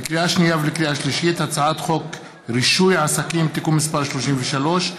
לקריאה שנייה ולקריאה שלישית: הצעת חוק רישוי עסקים (תיקון מס' 33),